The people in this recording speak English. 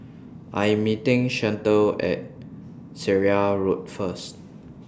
I Am meeting Chantel At Seraya Road First